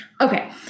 Okay